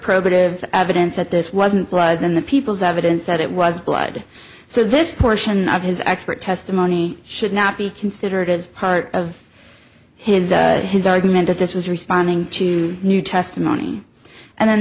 probative evidence that this wasn't blood in the people's evidence that it was blood so this portion of his expert testimony should not be considered as part of his his argument that this was responding to new testimony and then